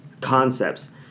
concepts